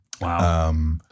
Wow